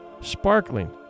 sparkling